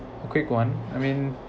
a quick one I mean